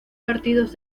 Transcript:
partidos